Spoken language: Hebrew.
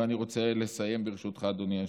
ואני רוצה לסיים, ברשותך, אדוני היושב-ראש.